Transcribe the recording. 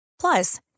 Plus